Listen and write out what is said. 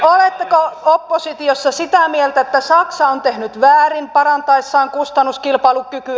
oletteko oppositiossa sitä meiltä että saksa on tehnyt väärin parantaessaan kustannuskilpailukykyä